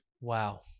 wow